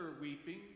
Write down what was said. weeping